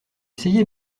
essayé